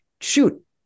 Shoot